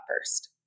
first